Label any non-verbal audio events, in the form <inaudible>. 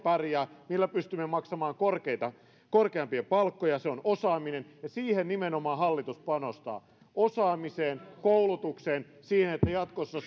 pärjää millä pystymme maksamaan korkeampia palkkoja se on osaaminen ja siihen nimenomaan hallitus panostaa osaamiseen koulutukseen siihen että jatkossa <unintelligible>